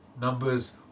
numbers